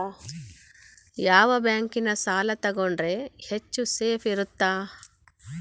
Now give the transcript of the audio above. ಯಾವ ಬ್ಯಾಂಕಿನ ಸಾಲ ತಗೊಂಡ್ರೆ ಹೆಚ್ಚು ಸೇಫ್ ಇರುತ್ತಾ?